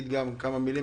להגיד כמה מילים,